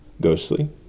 ghostly